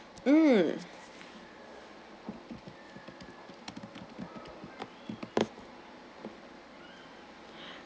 mm